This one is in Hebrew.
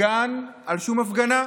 מפגן על שום הפגנה.